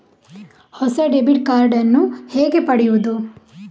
ಹೊಸ debit card ನ್ನು ಹೇಗೆ ಪಡೆಯುದು?